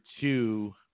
two